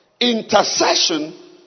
Intercession